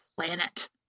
planet